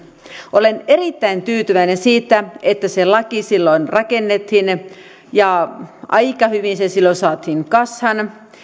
olen erittäin tyytyväinen siitä että se laki silloin rakennettiin aika hyvin se silloin saatiin kasaan